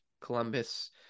Columbus